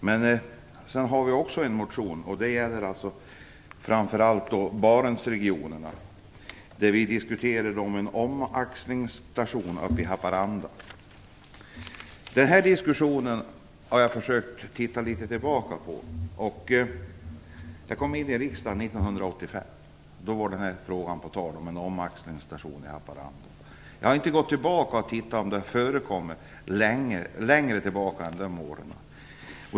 Vi har också en motion som gäller Barentsregionen. Den gäller en omaxlingsstation i Haparanda. Jag har försökt titta tillbaka litet grand på den diskussionen. Då jag kom in i riksdagen 1985 var en omaxlingsstation i Haparanda på tal. Jag har inte gått tillbaka längre än så för att se efter om den här frågan förekommit längre tillbaka i tiden.